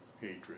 hatred